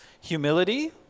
humility